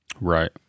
Right